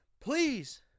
Please